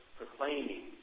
proclaiming